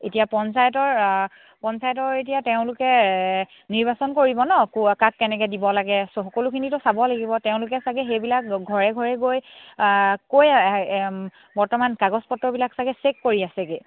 এতিয়া পঞ্চায়তৰ পঞ্চায়তৰ এতিয়া তেওঁলোকে নিৰ্বাচন কৰিব নহ্ ক কাক কেনেকৈ দিব লাগে সকলোখিনিতো চাব লাগিব তেওঁলোকে চাগে সেইবিলাক ঘৰে ঘৰে গৈ কৈ বৰ্তমান কাগজ পত্ৰবিলাক চাগে চেক কৰি আছেগৈ